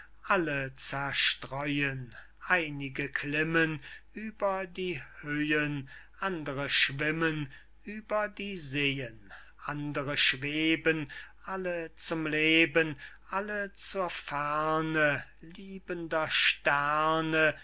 alle zerstreuen einige glimmen ueber die höhen andere schwimmen ueber die seen andere schweben alle zum leben alle zur ferne liebender sterne